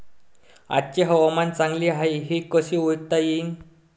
आजचे हवामान चांगले हाये हे कसे ओळखता येईन?